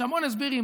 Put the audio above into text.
יש המון הסברים,